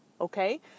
Okay